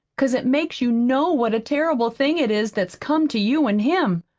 cause it makes you know what a terrible thing it is that's come to you an him.